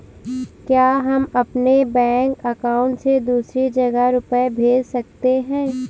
क्या हम अपने बैंक अकाउंट से दूसरी जगह रुपये भेज सकते हैं?